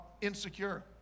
insecure